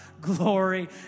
glory